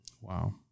Wow